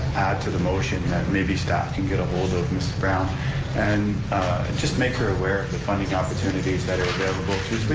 to the motion that maybe staff can get ahold of mrs. brown and just make her aware of the funding opportunities that are available